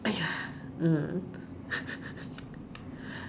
!aiya! mm